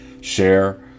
share